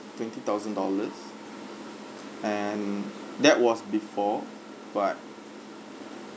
twenty thousand dollars and that was before but